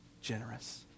generous